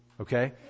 okay